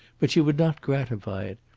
but she would not gratify it.